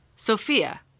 Sophia